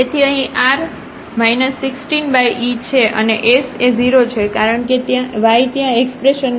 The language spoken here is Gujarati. તેથી અહીં r 16eછે અને s એ 0 છે કારણ કે y ત્યાં એક્સપ્રેશન માં છે